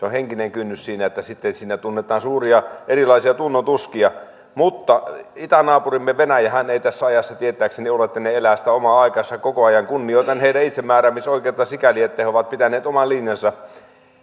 on henkinen kynnys siinä että sitten tunnetaan erilaisia tunnontuskia itänaapurimme venäjähän ei tässä ajassa tietääkseni ole he elävät sitä omaa aikaansa koko ajan kunnioitan heidän itsemääräämisoikeuttaan sikäli että he ovat pitäneet oman linjansa